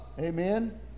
Amen